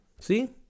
see